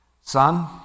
son